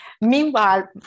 meanwhile